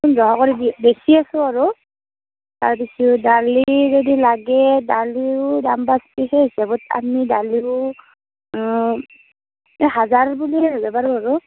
পোন্ধৰশত বেচি আছোঁ আৰু তাৰ পিছত দালি যদি লাগে দালিও দাম বাঢ়ছে সেই হিচাবত আমি দালিও এই হাজাৰ বুলিয়েই ধৰিব পাৰোঁ আৰু